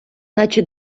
наче